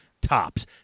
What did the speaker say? tops